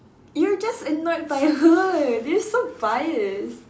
you're just annoyed by her that's so biased